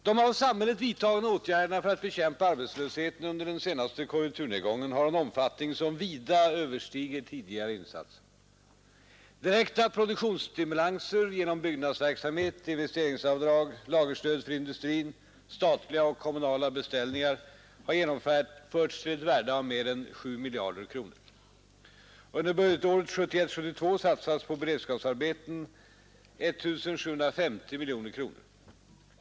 De av samhället vidtagna åtgärderna för att bekämpa arbetslösheten under den senaste konjunkturnedgången har en omfattning som vida överstiger tidigare insatser. Direkta produktionsstimulanser — genom byggnadsverksamhet, investeringsavdrag, lagerstöd för industrin, statliga och kommunala beställningar — har genomförts till ett värde av mer än 7 miljarder kronor. Under budgetåret 1971/72 satsas på beredskapsarbeten 1750 miljoner kronor.